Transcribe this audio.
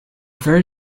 very